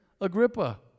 Agrippa